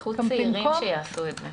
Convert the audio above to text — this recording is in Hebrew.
קחו גם צעירים שיעשו את זה.